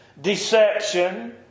deception